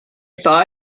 thaw